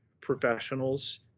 professionals